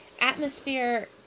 atmosphere